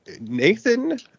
Nathan